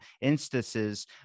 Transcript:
instances